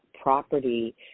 property